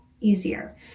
easier